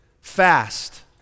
fast